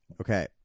Okay